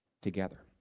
together